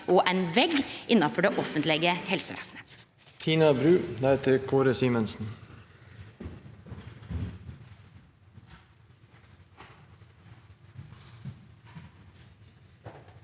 og ein vegg innanfor det offentlege helsevesenet.